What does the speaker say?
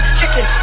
chicken